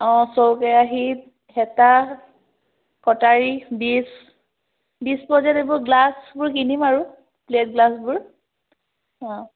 অঁ চৌকেৰাহী হেতা কটাৰী ডিছ ডিছপ'জেবল গিলাচ এইবোৰ কিনিম আৰু প্লেট গ্লাছবোৰ অঁ